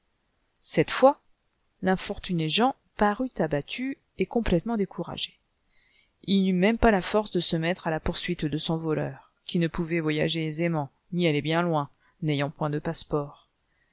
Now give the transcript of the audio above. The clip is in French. cette fois l'infortuné jean parut abattu et complètement découragé il n'eut pas même la force de se mettre à la poursuite de son voleur qui ne pouvait voyager aisément ni aller bien loin n'ayant point de passe-port